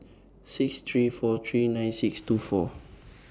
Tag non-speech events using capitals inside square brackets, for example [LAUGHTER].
six three four three nine six two six [NOISE]